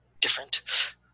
different